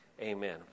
Amen